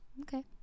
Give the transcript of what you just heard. Okay